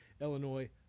Illinois